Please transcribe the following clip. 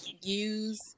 use